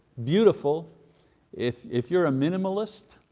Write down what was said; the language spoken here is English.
beautiful if if you're a minimalist.